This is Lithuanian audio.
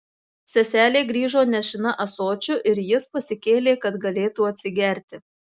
seselė grįžo nešina ąsočiu ir jis pasikėlė kad galėtų atsigerti